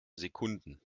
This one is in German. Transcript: sekunden